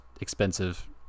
expensive